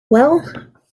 well